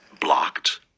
blocked